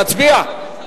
להצביע?